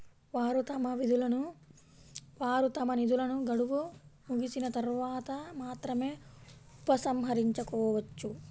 వారు తమ నిధులను గడువు ముగిసిన తర్వాత మాత్రమే ఉపసంహరించుకోవచ్చు